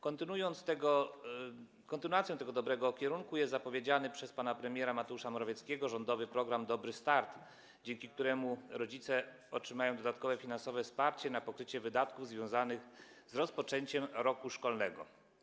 Kontynuacją tego dobrego kierunku jest zapowiedziany przez pana premiera Mateusza Morawieckiego rządowy program „Dobry start”, dzięki któremu rodzice otrzymają dodatkowe finansowe wsparcie na pokrycie wydatków związanych z rozpoczęciem roku szkolnego.